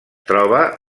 troba